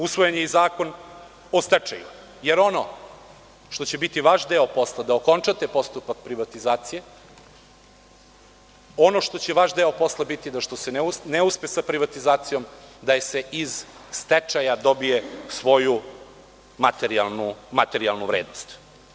Usvojen je i Zakon o stečaju, jer ono što će biti vaš deo posla je da okončate postupak privatizacije, ono što će vaš deo posla biti je da što se ne uspe sa privatizacijom da se iz stečaja dobije svoja materijalna vrednost.